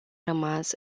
rămas